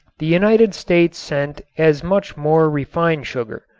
the united states sent as much more refined sugar.